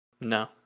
No